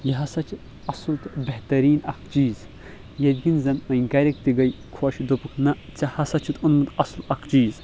یہِ ہسا چھ اَصل تہٕ بہتریٖن اکھ چیٖز ییٚمہِ کِنۍ زن وۄنۍ گرِکۍ تہِ گٔے خۄش دوٚپکھ ژےٚ ہسا چھُتھ اوٚنمُت اَصل اکھ چیٖز